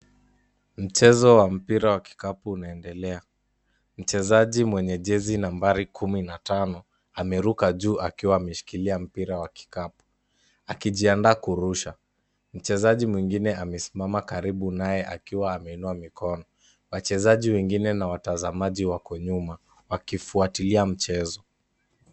Mchezo wa mpira wa kikapu unaendelea .Mchezaji mwenye jezi nambari kumi na tano, ameruka juu akiwa ameshikilia mpira wa kikapu akijiandaa kurusha .Mchezaji mwingine amesimama karibu naye akiwa ameinua mikono .Wachezaji wengine na watazamaji wako nyuma wakifuatilia mchezo.